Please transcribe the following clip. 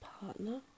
partner